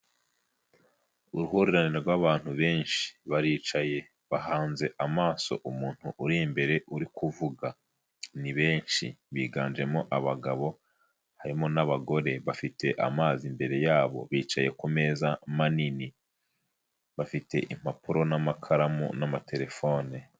Uruhurirane rw'abantu benshi, baricaye bahanze amaso umuntu uri imbere uri kuvuga, ni benshi biganjemo abagabo harimo n'abagore bafite amazi imbere yabo, bicaye ku meza manini bafite impapuro n'amakaramu n'amaterefone.